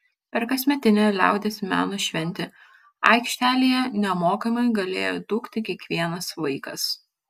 per kasmetinę liaudies meno šventę aikštelėje nemokamai galėjo dūkti kiekvienas vaikas